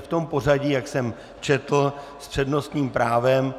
V pořadí, jak jsem četl, s přednostním právem.